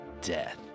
death